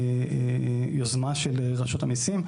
יוזמה של רשות המיסים.